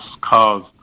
cause